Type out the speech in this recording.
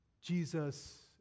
Jesus